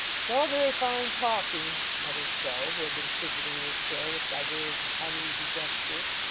it's all very fine talking muttered joe, who had been fidgeting in his chair with divers uneasy gestures.